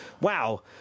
wow